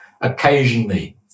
occasionally